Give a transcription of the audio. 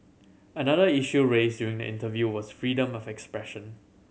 another issue raised during the interview was freedom of expression